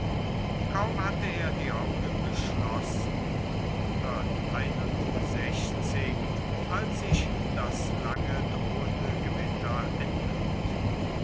kaum hatte er die augen geschlossen als sich das lange drohende gewitter entlud